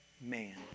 man